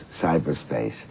cyberspace